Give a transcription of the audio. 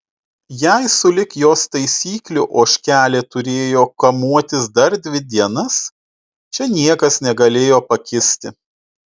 jei sulig jos taisyklių ožkelė turėjo kamuotis dar dvi dienas čia niekas negalėjo pakisti